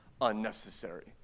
unnecessary